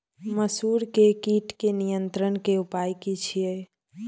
मसूर के कीट के नियंत्रण के उपाय की छिये?